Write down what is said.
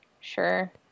Sure